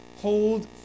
Hold